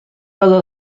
غذا